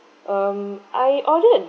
um I ordered